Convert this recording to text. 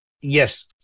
Yes